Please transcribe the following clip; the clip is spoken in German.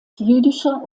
jüdischer